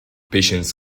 patients